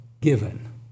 given